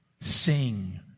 Sing